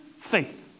faith